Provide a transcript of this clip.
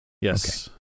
Yes